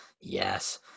yes